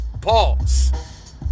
Pause